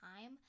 time